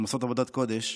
הן עושות עבודת קודש.